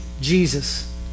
Jesus